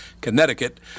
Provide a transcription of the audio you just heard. Connecticut